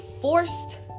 forced